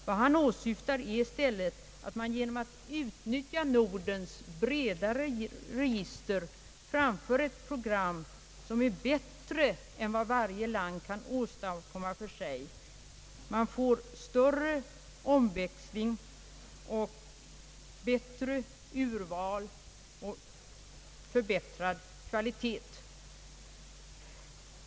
Vad han åsyftar är i stället att man genom att utnyttja Nordens bredare register kan framföra ett program, som är bättre än det varje land för sig kan åstadkomma. Man får stör re omväxling, bättre urval och en förbättrad kvalitet.